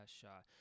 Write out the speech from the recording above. shot